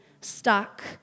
stuck